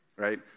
right